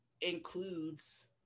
includes